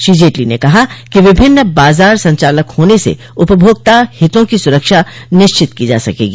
श्री जेटली ने कहा कि विभिन्न बाजार संचालक होने से उपभोक्ता हितों की सुरक्षा सुनिश्चित की जा सकेगी